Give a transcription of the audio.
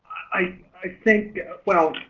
i think well